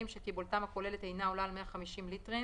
שקיבולתם הכוללת אינה עולה על 150 ליטרים,